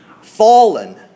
fallen